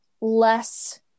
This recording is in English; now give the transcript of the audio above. less